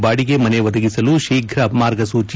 ಬಾಡಿಗೆ ಮನೆ ಒದಗಿಸಲು ಶೀಘ್ರ ಮಾರ್ಗಸೂಚೆ